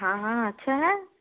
हाँ हाँ अच्छा है